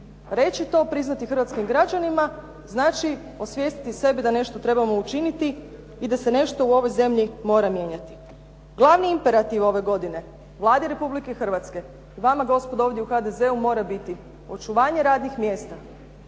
Reći to, priznati hrvatskim građanima znači osvijestiti sebe da nešto trebamo učiniti i da se nešto u ovoj zemlji mora mijenjati. Glavni imperativ ove godine Vladi Republike Hrvatske, vama gospodo ovdje u HDZ-u mora biti očuvanje radnih mjesta,